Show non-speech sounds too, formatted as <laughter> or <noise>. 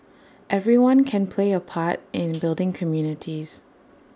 everyone can play A part in <noise> building communities